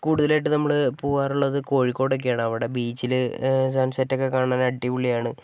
കൂടുതലായിട്ടും നമ്മൾ പൂവാറുള്ളത് കോഴിക്കോട് ഒക്കെയാണ് അവിടെ ബീച്ചിലെ സൺ സെറ്റ് ഒക്കെ കാണാൻ അടിപൊളിയാണ്